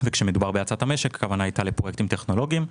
וכשמדובר בהאצת המשק הכוונה הייתה לפרויקטים טכנולוגיים,